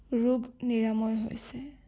ৰোগ নিৰাময় হৈছে